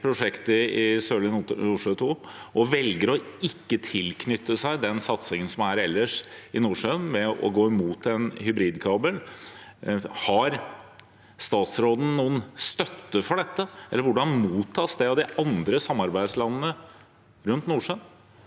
prosjektet Sørlige Nordsjø II og velger ikke å tilknytte seg den satsingen som er ellers i Nordsjøen, ved å gå imot en hybridkabel, har statsråden noen støtte for dette? Hvordan mottas det av de andre samarbeidslandene rundt Nordsjøen?